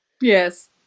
Yes